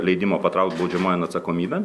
leidimo patraukti baudžiamojon atsakomybėn